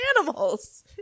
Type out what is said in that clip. animals